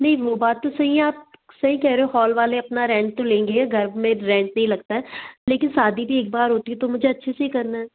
नहीं वो बात तो सही आप सही कहे रहे हो हॉल वाले अपना रेंट तो लेंगे घर में रेंट नहीं लगता है लेकिन शादी भी एक बार होती है तो मुझे अच्छे से ही करना है